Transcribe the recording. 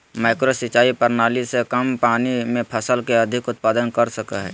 micro सिंचाई प्रणाली से कम पानी में फसल के अधिक उत्पादन कर सकय हइ